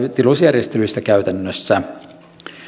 tilusjärjestelyistä käytännössä